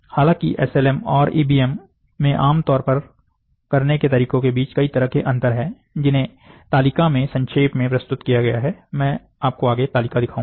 हालांकि S L M और EBM में आमतौर पर करने के तरीकों के बीच कई तरह के अंतर हैं जिन्हें तालिका में संक्षेप में प्रस्तुत किया गया है मैं आपको आगे तालिका दिखाऊंगा